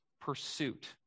pursuit